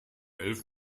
elf